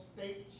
State